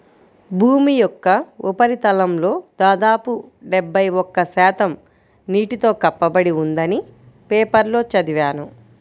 భూమి యొక్క ఉపరితలంలో దాదాపు డెబ్బై ఒక్క శాతం నీటితో కప్పబడి ఉందని పేపర్లో చదివాను